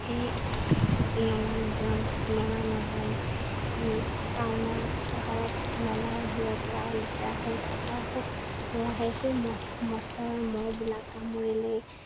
সেই নলা নৰ্দমাত নলা নৰ্দমা টাউনৰ চহৰত নলাবোৰৰপৰাও লেতেৰা হৈ তাৰপৰাও খুব মহ আহে সেই মহবিলাক কামুৰিলেই